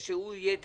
שהוא יהיה תקציב,